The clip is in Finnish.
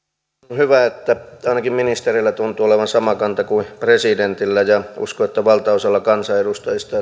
hyvä että ainakin ministereillä tuntuu olevan sama kanta kuin presidentillä ja uskon että valtaosalla kansanedustajista